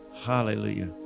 Hallelujah